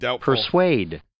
Persuade